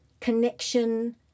connection